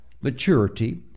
maturity